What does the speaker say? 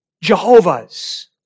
Jehovah's